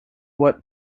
what